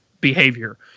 behavior